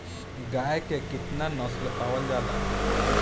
गाय के केतना नस्ल पावल जाला?